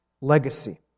Legacy